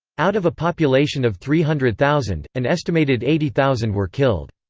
out of a population of three hundred thousand, an estimated eighty thousand were killed.